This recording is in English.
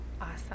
awesome